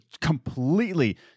completely